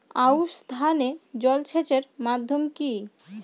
আউশ ধান এ জলসেচের মাধ্যম কি?